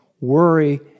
worry